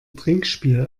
trinkspiel